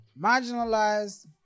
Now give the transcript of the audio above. marginalized